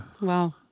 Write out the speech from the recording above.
Wow